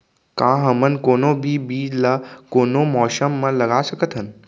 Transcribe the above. का हमन कोनो भी बीज ला कोनो मौसम म लगा सकथन?